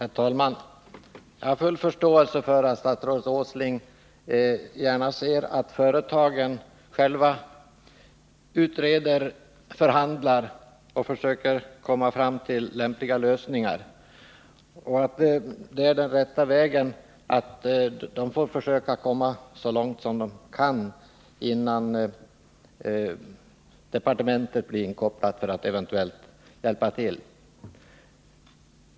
Herr talman! Jag har full förståelse för att statsrådet Åsling gärna ser att företagen själva utreder, förhandlar och försöker komma fram till lämpliga lösningar och att det är den rätta vägen att de får försöka komma så långt de kan innan departementet inkopplas för att eventuellt hjälpa till.